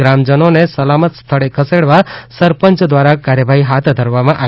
ગ્રામજનોને સલામત સ્થળે ખસેડવા સરપંચ દ્વારા કાર્યવાહી હાથ ધરવામાં આવી